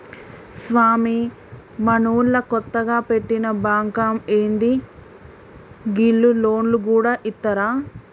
స్వామీ, మనూళ్ల కొత్తగ వెట్టిన బాంకా ఏంది, గీళ్లు లోన్లు గూడ ఇత్తరా